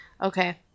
Okay